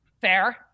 Fair